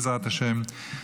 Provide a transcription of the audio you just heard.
בעזרת השם,